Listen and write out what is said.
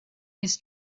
his